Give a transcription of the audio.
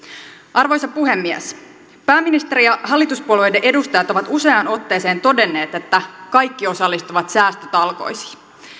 arvoisa puhemies pääministeri ja hallituspuolueiden edustajat ovat useaan otteeseen todenneet että kaikki osallistuvat säästötalkoisiin